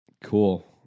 cool